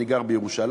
אני גר בירושלים,